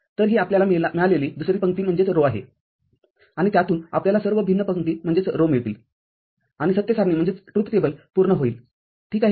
तर ही आपल्याला मिळालेली दुसरी पंक्ती आहे आणि त्यातून आपल्याला सर्व भिन्न पंक्ती मिळतील आणि सत्य सारणी पूर्ण होईल ठीक आहे